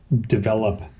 develop